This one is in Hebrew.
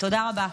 תודה רבה.